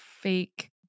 fake